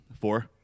Four